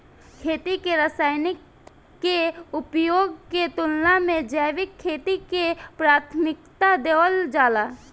खेती में रसायनों के उपयोग के तुलना में जैविक खेती के प्राथमिकता देवल जाला